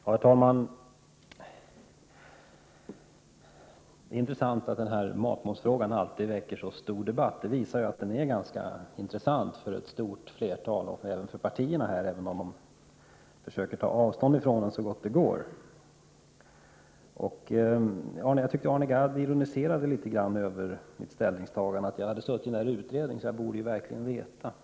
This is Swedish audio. Herr talman! Det är intressant att matmomsfrågan alltid väcker så stor debatt. Det visar att den är intressant för det stora flertalet och även för partierna, även om de så gott det går försöker ta avstånd från förslaget. Jag tyckte Arne Gadd ironiserade litet över mitt ställningstagande. Han sade att jag hade suttit med i utredningen, så jag borde verkligen veta.